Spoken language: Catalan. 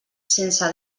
sense